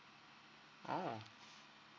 oh